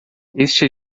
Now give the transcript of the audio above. este